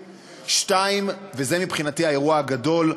2. וזה מבחינתי האירוע הגדול,